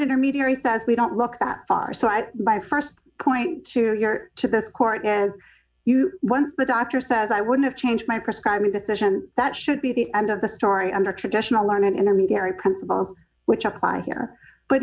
intermediary says we don't look that far so i my st point to your to this court is you once the doctor says i wouldn't change my prescribe a decision that should be the end of the story under traditional learned intermediary principles which apply here but